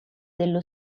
dello